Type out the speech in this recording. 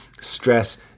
stress